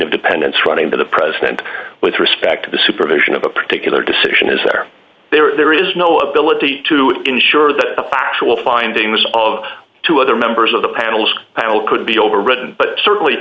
of dependence running to the president with respect to the supervision of a particular decision is there there or there is no ability to ensure that the factual findings of two other members of the panelists will could be overridden but certainly